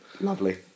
Lovely